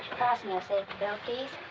fasten your safety belt, please.